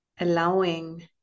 allowing